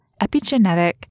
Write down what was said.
epigenetic